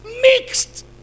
Mixed